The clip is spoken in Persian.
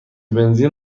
بنزین